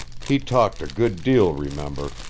he talked a good deal, remember,